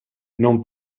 non